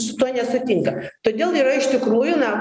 su tuo nesutinka todėl yra iš tikrųjų na